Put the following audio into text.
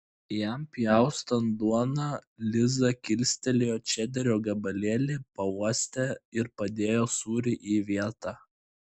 jam pjaustant duoną liza kilstelėjo čederio gabalėlį pauostė ir padėjo sūrį į vietą